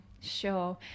sure